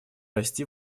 расти